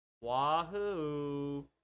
Wahoo